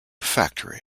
factory